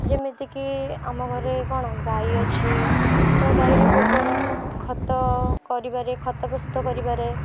ଯେମିତିକି ଆମ ଘରେ କ'ଣ ଗାଈ ଅଛି ତ ଗାଈର ଗୋବର ଖତ କରିବାରେ ଖତ ପ୍ରସ୍ତୁତ କରିବାରେ